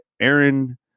Aaron